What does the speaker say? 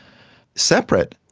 separate,